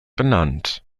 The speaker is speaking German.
benannt